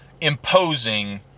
imposing